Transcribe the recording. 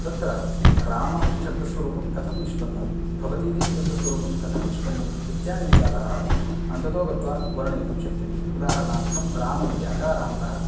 तत्र रामः इति शब्दस्वरूपं कथं निष्पन्नं भवति इति शब्दस्वरूपं कथं निष्पन्नं इत्यादि विचाराः अन्ततो गत्वा वर्णयितुं शक्यन्ते उदाहरणार्थं राम इति अकारान्तः